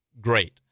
great